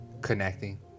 Connecting